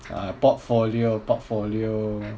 ah portfolio portfolio